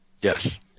Yes